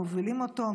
מובילים אותו,